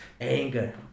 anger